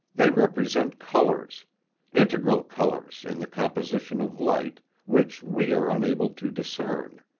they represent colors integral colors in the composition of light which we are unable to discern.